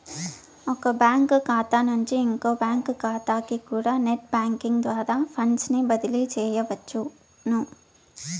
ఒక బ్యాంకు కాతా నుంచి ఇంకో బ్యాంకు కాతాకికూడా నెట్ బ్యేంకింగ్ ద్వారా ఫండ్సుని బదిలీ సెయ్యొచ్చును